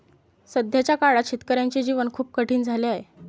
सध्याच्या काळात शेतकऱ्याचे जीवन खूप कठीण झाले आहे